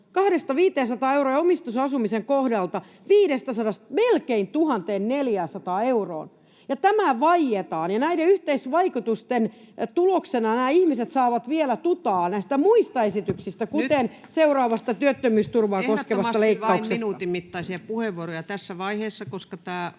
500 euroon ja omistusasumisen kohdalla 500:sta melkein 1 400 euroon. Tämä vaietaan, ja näiden yhteisvaikutusten tuloksena nämä ihmiset saavat vielä tuta näistä muista esityksistä, [Puhemies huomauttaa ajasta] kuten seuraavasta työttömyysturvaa koskevasta leikkauksesta. Ehdottomasti vain minuutin mittaisia puheenvuoroja tässä vaiheessa, koska nyt